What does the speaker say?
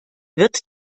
wird